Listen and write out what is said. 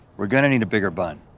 we're gonna need a bigger bun.